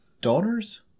daughters